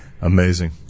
Amazing